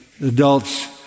adults